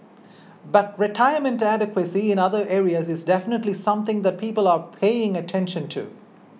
but retirement adequacy in other areas is definitely something that people are paying attention to